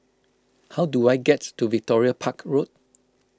how do I get to Victoria Park Road